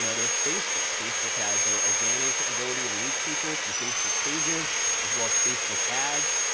you know there's facebook, facebook has their organic ability to reach people through facebook pages as well as facebook ads.